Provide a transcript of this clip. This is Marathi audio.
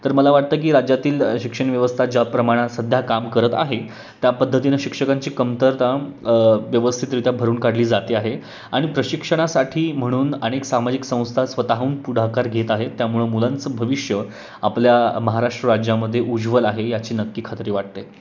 तर मला वाटतं की राज्यातील शिक्षणव्यवस्था ज्या प्रमाणात सध्या काम करत आहे त्या पद्धतीनं शिक्षकांची कमतरता व्यवस्थितरित्या भरून काढली जाते आहे आणि प्रशिक्षणासाठी म्हणून अनेक सामाजिक संस्था स्वतःहून पुढाकार घेत आहे त्यामुळे मुलांचं भविष्य आपल्या महाराष्ट्र राज्यामध्ये उज्ज्वल आहे याची नक्की खात्री वाटते